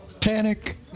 Panic